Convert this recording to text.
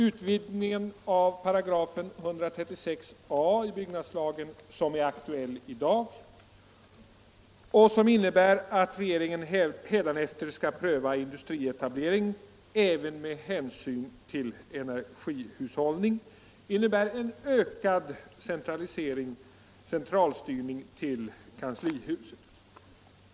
Utvidgningen av 136 a § i byggnadslagen — som är aktuell i dag och som innebär att regeringen hädanefter skall pröva industrietablering även med hänsyn till energihushållning — medför en ökad centralisering, centralstyrning till kanslihuset.